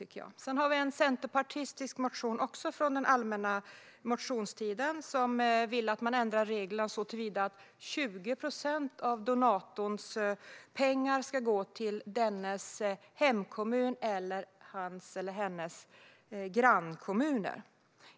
Sedan finns det en centerpartistisk motion, också från allmänna motionstiden, där man vill att reglerna ändras så att minst 20 procent av donatorns pengar ska gå till dennes hemkommun eller grannkommuner.